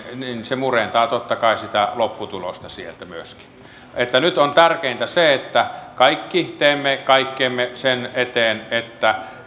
se murentaa totta kai sitä lopputulosta sieltä myöskin nyt on tärkeintä se että kaikki teemme kaikkemme sen eteen että